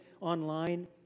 online